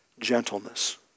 Gentleness